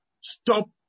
stop